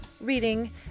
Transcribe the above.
reading